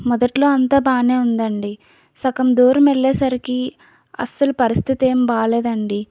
మొదట్లో అంతా బాగానే ఉందండి సగం దూరం వెళ్ళేసరికి అస్సలు పరిస్థితి ఏం బాలేదండి